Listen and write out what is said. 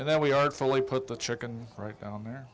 and there we are fully put the chicken right down there